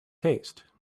taste